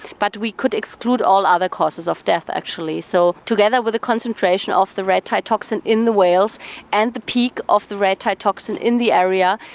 but we could exclude all other causes of death actually. so together with the concentration of the red tide toxin in the whales and the peak of the red tide toxin in the area,